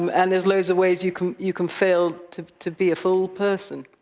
um and there's loads of ways you can you can fail to to be a full person.